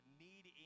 need